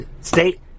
state